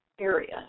area